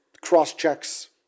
cross-checks